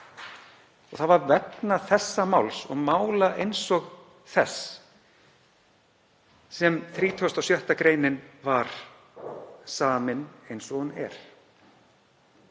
Það var vegna þessa máls og mála eins og þess sem 36. gr. var samin eins og hún er.